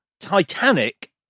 titanic